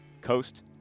Coast